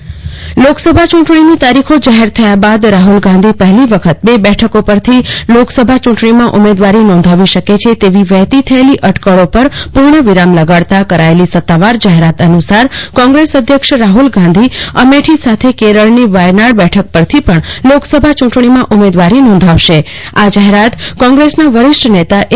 કલ્પના શાહ ગેશ અધ્યક્ષ રાહ્લગાધ લોકસભાની ચુંટણી ની તારીખો જાફેર થયા બાદ રાફ્લ ગાંધી પફેલી વખત બે બેઠકો પર થી લોકસભા ચુંટણી માં ઉમેદવારી નોધાવી શકે છે તેવી વજેતી થયેલી અટકળો પણ પૂર્ણ વિરામ લગાડતા કરાયેલી સતાવાર જાહેરાત અનુસાર કોગ્રેસ અધ્યક્ષ રાફલ ગાંધી અમેઠી સાથે કેરળ ની વયનાડ બેઠક પરથી પણ લોકસભા ચુંટણી માં ઉમેદવારી નોધાવશે આ જાહેરાત કોગ્રેશના વરિષ્ઠ નેતા એ